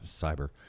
cyber